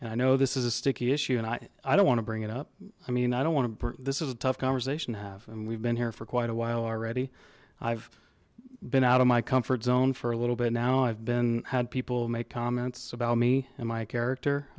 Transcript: and i know this is a sticky issue and i i don't want to bring it up i mean i don't want to this is a tough conversation half and we've been here for quite a while already i've been out of my comfort zone for a little bit now i've been had people make comments about me and my character